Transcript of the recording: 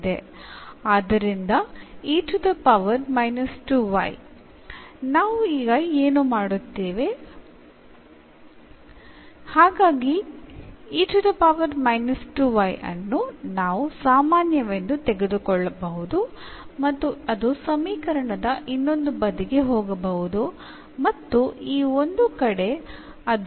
ഇനി നമ്മൾ ചെയ്യുന്നത് പൊതുവായതായി എടുത്തു കൊണ്ട് അത് സമവാക്യത്തിന്റെ മറുവശത്തേക്ക് കൊണ്ടുപോകുന്നു